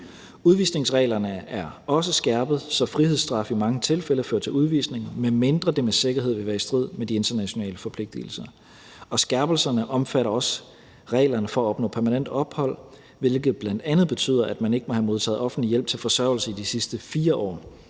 Udvisningsreglerne er også skærpet, så frihedsstraf i mange tilfælde fører til udvisning, medmindre det med sikkerhed vil være i strid med de internationale forpligtelser. Skærpelserne omfatter også reglerne for at opnå permanent ophold, hvilket bl.a. betyder, at man ikke må have modtaget offentlig hjælp til forsørgelse i de sidste 4 år,